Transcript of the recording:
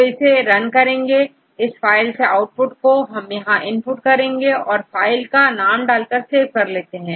तो इसे रन करते हैं इस फाइल के आउटपुट को हम यहां इनपुट करते हैं और फाइल का नाम डालकर सेव करते हैं